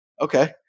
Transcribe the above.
okay